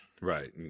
right